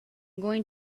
going